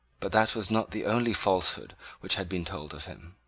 but that was not the only falsehood which had been told of him.